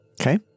Okay